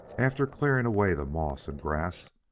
after clearing away the moss and grass,